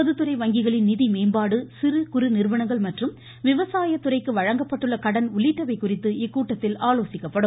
பொதுத்துறை வங்கிகளின் நிதி மேம்பாடு சிறு குறு நிறுவனங்கள் மற்றும் விவசாயத் துறைக்கு வழங்கப்பட்டுள்ள கடன் உள்ளிட்டவை குறித்து இக்கூட்டத்தில் ஆலோசிக்கப்படும்